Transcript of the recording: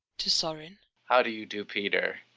trigorin. how do you do, peter?